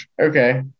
Okay